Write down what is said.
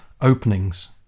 openings